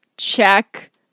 Check